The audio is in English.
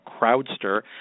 Crowdster